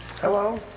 Hello